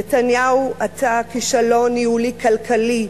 נתניהו, אתה כישלון ניהולי-כלכלי.